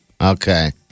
Okay